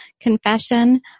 Confession